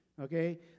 Okay